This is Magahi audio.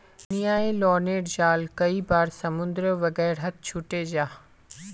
न्य्लोनेर जाल कई बार समुद्र वगैरहत छूटे जाह